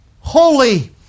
holy